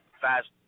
fast